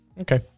Okay